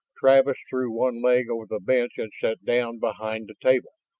travis threw one leg over the bench and sat down behind the table,